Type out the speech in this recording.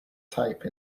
type